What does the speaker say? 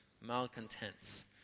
malcontents